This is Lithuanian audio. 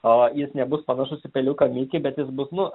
a jis nebus panašus į peliuką mikį bet jis bus nu